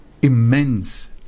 immense